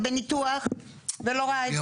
אולי הפקיד נמצא בניתוח ולא ראה את זה?